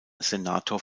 senator